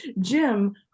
Jim